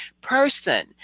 person